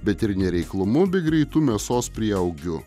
bet ir nereiklumu bei greitu mėsos prieaugiu